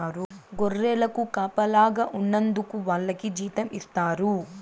గొర్రెలకు కాపలాగా ఉన్నందుకు వాళ్లకి జీతం ఇస్తారు